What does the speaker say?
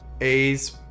A's